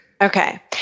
Okay